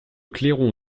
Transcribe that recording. clairon